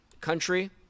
country